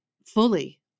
fully